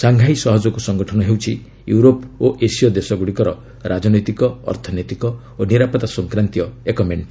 Shanghai ସହଯୋଗ ସଙ୍ଗଠନ ହେଉଛି ୟୁରୋପ୍ ଓ ଏସୀୟ ଦେଶଗୁଡ଼ିକର ରାଜନୈତିକ ଅର୍ଥନୈତିକ ଓ ନିରାପତ୍ତା ସଂକ୍ରାନ୍ତୀୟ ଏକ ମେଣ୍ଟ